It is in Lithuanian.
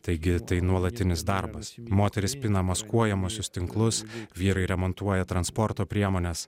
taigi tai nuolatinis darbas moterys pina maskuojamuosius tinklus vyrai remontuoja transporto priemones